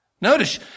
Notice